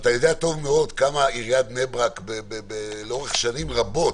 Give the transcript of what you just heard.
אתה יודע טוב מאוד כמה עיריית בני ברק לאורך שנים רבות,